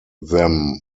them